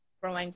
growing